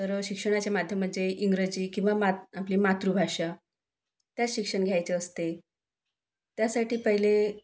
तर शिक्षणाच्या माध्यम म्हणजे इंग्रजी किंवा मात आपली मातृभाषा त्यात शिक्षण घ्यायचे असते त्यासाठी पहिले